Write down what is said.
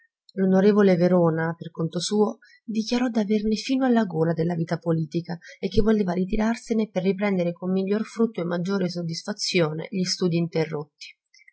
l'on verona per conto suo dichiarò d'averne fino alla gola della vita politica e che voleva ritirarsene per riprendere con miglior frutto e maggiore soddisfazione gli studii interrotti